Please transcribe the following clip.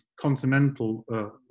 continental